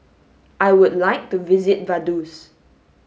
I would like to visit Vaduz